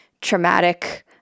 traumatic